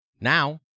Now